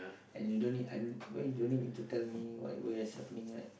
and you don't need un~ why you don't need me to tell me what where is happening right